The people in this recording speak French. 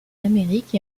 amérique